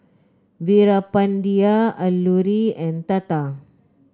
Veerapandiya Alluri and Tata